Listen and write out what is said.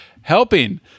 helping